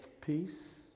Peace